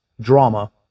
drama